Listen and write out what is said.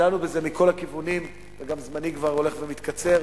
דנו בזה מכל הכיוונים, וגם זמני הולך ומתקצר,